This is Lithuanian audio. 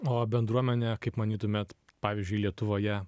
o bendruomenė kaip manytumėt pavyzdžiui lietuvoje